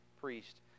priest